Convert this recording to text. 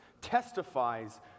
testifies